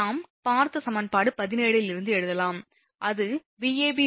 நாம் பார்த்த சமன்பாடு 17 ல் இருந்து எழுதலாம் அது Vab √3Van∠30°